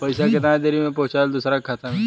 पैसा कितना देरी मे पहुंचयला दोसरा के खाता मे?